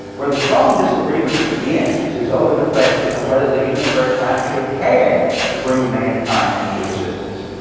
where the strong disagreement begins is over the question of whether the universe actually had to bring mankind into existence.